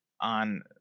on